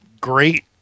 Great